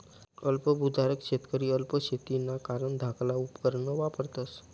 अल्प भुधारक शेतकरी अल्प शेतीना कारण धाकला उपकरणं वापरतस